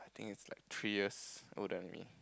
I think it's like three years ago than me